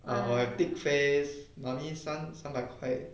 err like big case money 三三百块